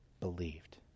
believed